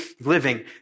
living